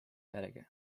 järgi